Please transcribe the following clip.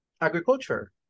agriculture